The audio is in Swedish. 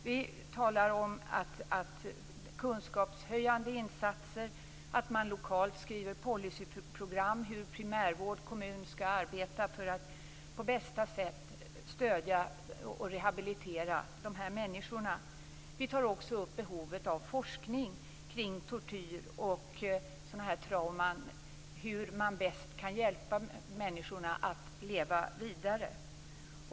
Vi talar om kunskapshöjande insatser, att man lokalt skriver policyprogram för hur primärvård och kommun skall arbeta för att på bästa sätt stödja och rehabilitera de här människorna. Vi tar också upp behovet av forskning kring tortyr och sådana här trauman, hur man bäst kan hjälpa människorna att leva vidare.